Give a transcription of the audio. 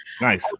Nice